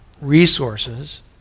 resources